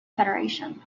federation